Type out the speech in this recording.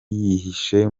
yihishe